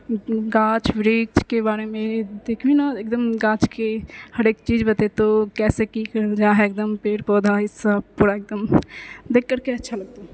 गाछ वृक्षके बारेमे देखबी ने एकदम गाछके हरेक चीज बतेतो कैसे की करल जा है एकदम पेड़ पौधा ईसब पूरा एकदम देख करके अच्छा लगतौ